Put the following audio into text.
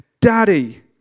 Daddy